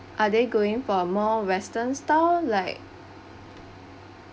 are they going for a more western style like